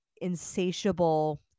insatiable